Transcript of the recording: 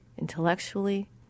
intellectually